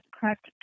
correct